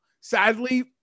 Sadly